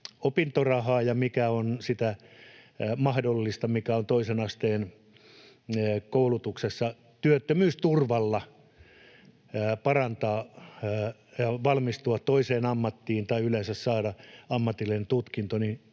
opintorahaa, ja se, että kun sitä on toisen asteen koulutuksessa mahdollista työttömyysturvalla parantaa ja valmistua toiseen ammattiin tai yleensä saada ammatillinen tutkinto, niin